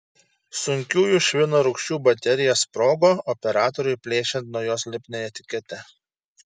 sunkiųjų švino rūgščių baterija sprogo operatoriui plėšiant nuo jos lipnią etiketę